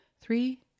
Three